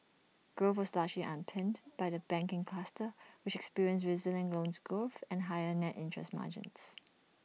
growth was largely underpinned by the banking cluster which experienced resilient loans growth and higher net interest margins